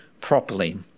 properly